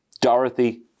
Dorothy